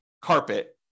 carpet